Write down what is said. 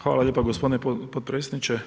Hvala lijepa gospodine potpredsjedniče.